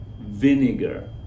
vinegar